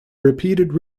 repeated